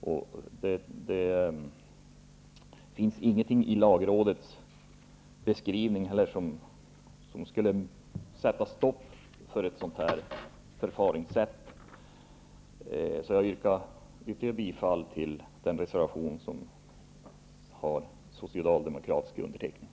Det finns ingenting i lagrådets beskrivning som skulle sätta stopp för ett sådant förfaringssätt. Jag yrkar än en gång bifall till den reservation som har undertecknats av socialdemokraterna.